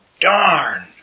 darn